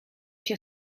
się